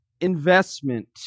investment